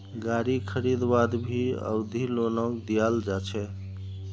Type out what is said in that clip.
गारी खरीदवात भी अवधि लोनक दियाल जा छे